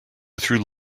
through